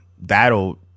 That'll